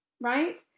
right